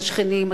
השכנים,